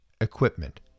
equipment